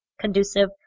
conducive